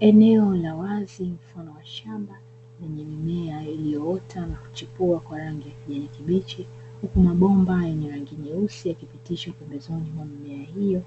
Eneo la wazi mfano wa shamba yenye mimea iliyoota na kuchipua kwa rangi ya kijani kibichi, huku mabomba yenye rangi nyeusi yakipitishwa pembezoni mwa mimea hiyo,